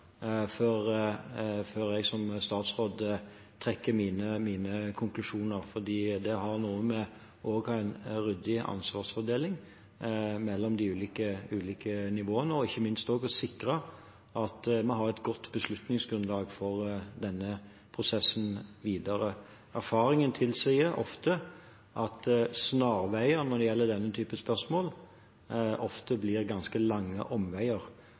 før jeg som statsråd trekker mine konklusjoner. Det har noe å gjøre med å ha en ryddig ansvarsfordeling mellom de ulike nivåene og ikke minst å sikre at vi har et godt beslutningsgrunnlag for denne prosessen videre. Erfaringen tilsier at snarveier når det gjelder denne typen spørsmål, ofte blir ganske lange omveier,